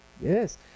Yes